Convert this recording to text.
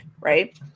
right